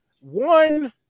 one